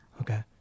Okay